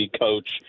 coach